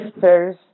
sisters